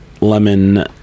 Lemon